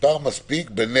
אם